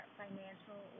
financial